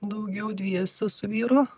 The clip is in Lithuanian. daugiau dviese su vyru